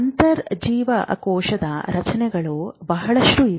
ಅಂತರ್ಜೀವಕೋಶದ ರಚನೆಗಳು ಬಹಳಷ್ಟು ಇವೆ